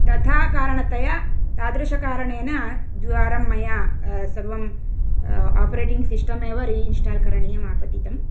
तथा कारणतया तादृशकारणेन द्विवारं मया सर्वं आपरेटिङ्ग् सिस्टमेव री इन्स्टाल् करणीयम् आपतितं